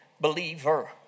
believer